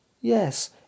yes